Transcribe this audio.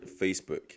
Facebook